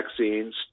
vaccines